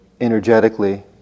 energetically